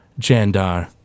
Jandar